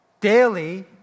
daily